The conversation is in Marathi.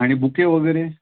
आणि बुके वगैरे